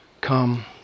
come